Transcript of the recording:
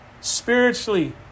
spiritually